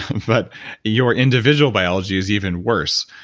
but your individual biology's even worse,